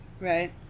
Right